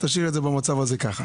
תשאיר את זה ככה במצב הזה.